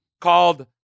called